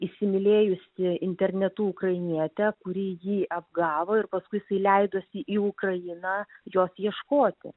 įsimylėjusį internetu ukrainietę kuri jį apgavo ir paskui jisai leidosi į ukrainą jos ieškoti